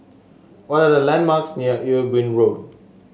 what are the landmarks near Ewe Boon Road